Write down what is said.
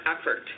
effort